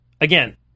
again